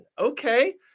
okay